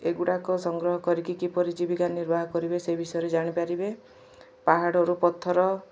ଏଗୁଡ଼ାକ ସଂଗ୍ରହ କରିକି କିପରି ଜୀବିକା ନିର୍ବାହ କରିବେ ସେ ବିଷୟରେ ଜାଣିପାରିବେ ପାହାଡ଼ରୁ ପଥର